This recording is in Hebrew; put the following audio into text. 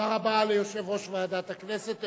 תודה רבה ליושב-ראש ועדת הכנסת.